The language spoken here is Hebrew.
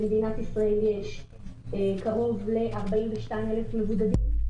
למדינת ישראל יש קרוב ל-42,000 מבודדים,